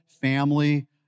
family